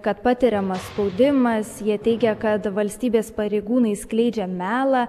kad patiriamas spaudimas jie teigia kad valstybės pareigūnai skleidžia melą